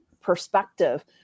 perspective